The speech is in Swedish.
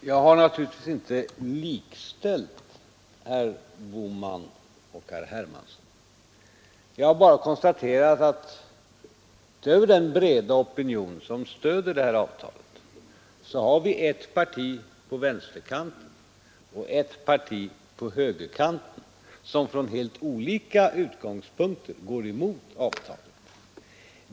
Herr talman! Jag har naturligtvis inte likställt herr Bohman och herr Hermansson. Jag har bara konstaterat att utöver den breda opinion som stöder det här avtalet har vi ett parti på vänsterkanten och ett parti på högerkanten som från helt olika utgångspunkter går emot avtalet.